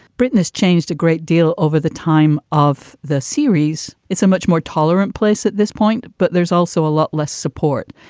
britain has changed a great deal over the time of the series. it's a much more tolerant place at this point, but there's also a lot less support.